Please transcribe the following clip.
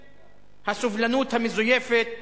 בשם הסובלנות המזויפת